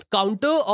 Counter